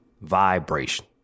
vibration